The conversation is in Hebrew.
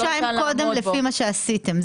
חודשיים קודם לפי מה שעשיתם,